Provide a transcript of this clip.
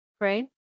right